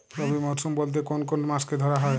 রবি মরশুম বলতে কোন কোন মাসকে ধরা হয়?